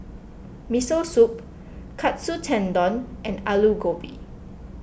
Miso Soup Katsu Tendon and Alu Gobi